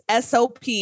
SOP